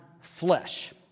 flesh